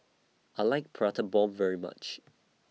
I like Prata Bomb very much